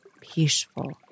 peaceful